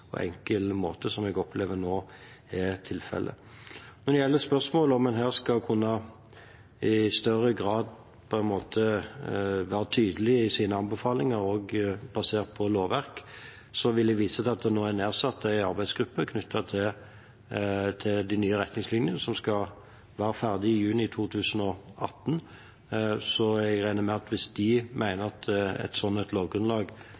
og enkel måte, noe jeg opplever nå er tilfellet. Når det gjelder spørsmålet om en her i større grad skal kunne være tydelig i sine anbefalinger, også basert på lovverk, vil jeg vise til at det nå er nedsatt en arbeidsgruppe knyttet til de nye retningslinjene, som skal være ferdig i juni 2018. Hvis de mener at